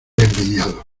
envidiado